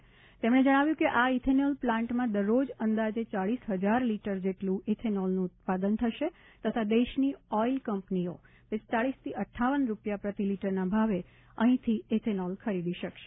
શ્રી પટેલે વધુમાં જણાવ્યું હતું કે આ ઇથેનોલ પ્લાન્ટમાં દરરોજ અંદાજે ચાલીસ હજાર લીટર જેટલું ઇથેનોલનું ઉત્પાદન થશે તથા દેશની ઓઇલ કંપનીઓ પિસ્તાલીસથી અક્ટાવન રૂપિયા પ્રતિ લીટરના ભાવે અહીંથી ઇથેનોલ ખરીદી શકશે